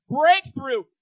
breakthrough